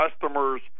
customers